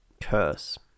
curse